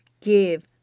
give